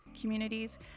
communities